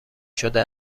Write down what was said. شده